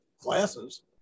classes